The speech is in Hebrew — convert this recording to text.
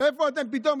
איפה אתם פתאום?